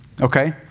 Okay